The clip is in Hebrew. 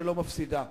שלא מפסידה.